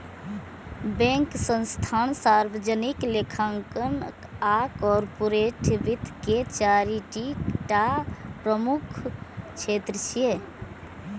bank, संस्थान, सार्वजनिक लेखांकन आ कॉरपोरेट वित्त के चारि टा प्रमुख क्षेत्र छियै